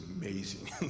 amazing